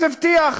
אז הבטיח.